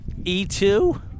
E2